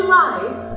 life